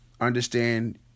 Understand